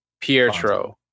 Pietro